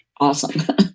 awesome